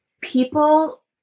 People